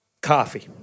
Coffee